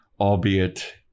albeit